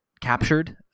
captured